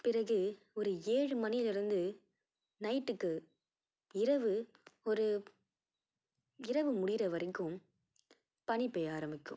பிறகு ஒரு ஏழு மணியிலிருந்து நைட்டுக்கு இரவு ஒரு இரவு முடிகிற வரைக்கும் பனி பெய்ய ஆரம்பிக்கும்